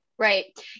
Right